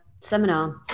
Seminar